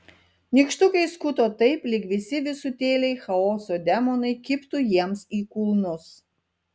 nykštukai skuto taip lyg visi visutėliai chaoso demonai kibtų jiems į kulnus